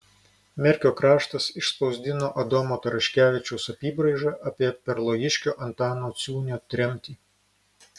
merkio kraštas išspausdino adomo taraškevičiaus apybraižą apie perlojiškio antano ciūnio tremtį